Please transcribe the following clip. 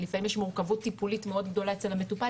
לפעמים יש מורכבות טיפולית מאוד גדולה אצל מטופל,